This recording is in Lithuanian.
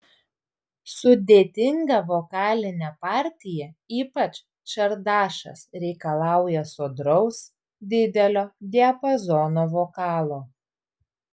sudėtinga vokalinė partija ypač čardašas reikalauja sodraus didelio diapazono vokalo